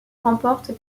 remporte